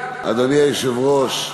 אדוני היושב-ראש,